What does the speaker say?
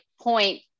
point